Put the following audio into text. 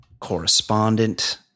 correspondent